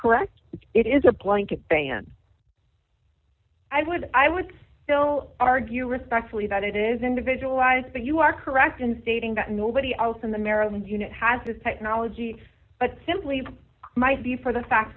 correct it is a blanket ban i would i would still argue respectfully that it is individualized but you are correct in stating that nobody else in the maryland unit has this technology but simply might be for the fact